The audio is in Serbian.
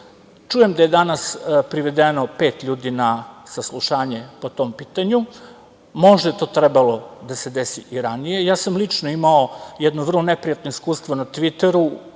da je danas privedeno pet ljudi na saslušanje po tom pitanju. Možda je trebalo da se desi i ranije. Lično sam imao jedno vrlo neprijatno iskustvo na Tviteru.